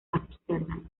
ámsterdam